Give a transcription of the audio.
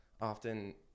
often